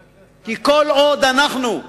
כי כל עוד אנחנו,